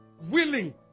willing